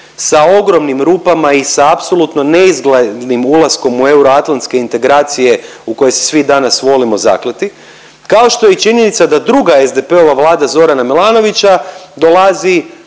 sa ogromnim rupama i sa apsolutno neizglednim ulaskom u euroatlantske integracije u koje se svi danas volimo zakleti, kao što je i činjenica da druga SDP-ova vlada Zorana Milanovića dolazi